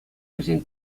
вӗсен